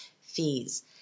fees